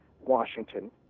Washington